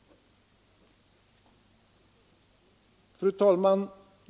Fru talman!